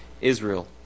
Israel